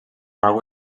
algú